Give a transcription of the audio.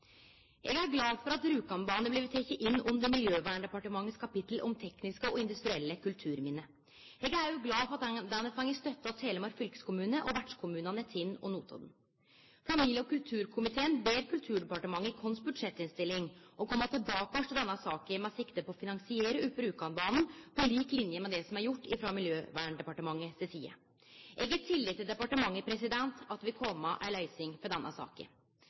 Eg er glad for at Rjukanbanen har blitt teken inn under Miljøverndepartementets kapittel om tekniske og industrielle kulturminne. Eg er òg glad for at den har fått støtte av Telemark fylkeskommune og vertskommunane Tinn og Notodden. Familie- og kulturkomiteen ber i budsjettinnstillinga Kulturdepartementet kome tilbake til denne saka med sikte på å finansiere opp Rjukanbanen på lik linje med det som er gjort frå Miljøverndepartementet si side. Eg har tillit til departementet, og at det vil kome ei løysing for denne saka.